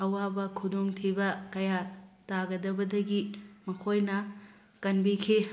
ꯑꯋꯥꯕ ꯈꯨꯗꯣꯡꯊꯤꯕ ꯀꯌꯥ ꯇꯥꯒꯗꯕꯗꯒꯤ ꯃꯈꯣꯏꯅ ꯀꯟꯕꯤꯈꯤ